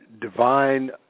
divine